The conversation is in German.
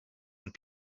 und